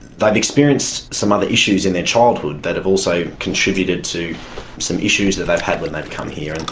they've experienced some other issues in their childhood that have also contributed to some issues that they've had when they've come here. and